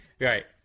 right